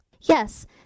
Yes